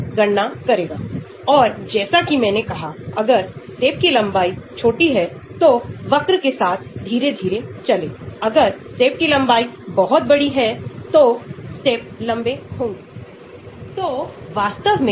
इसे Hammett substituent स्थिरांक कहा जाता है जो कि इलेक्ट्रान को हटाने अथवा प्रतिस्थापन के इलेक्ट्रॉन दान प्रभाव को मापता है